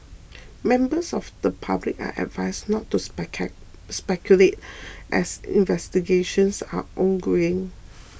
members of the public are advised not to speculate as investigations are ongoing